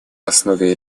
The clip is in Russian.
основе